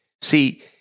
See